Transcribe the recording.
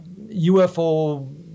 UFO